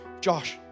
Josh